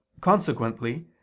Consequently